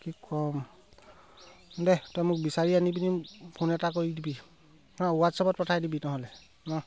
কি ক'ম দে তই মোক বিচাৰি আনি পিনি ফোন এটা কৰি দিবি অঁ হোৱাটছআপত পঠাই দিবি অঁ